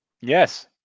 Yes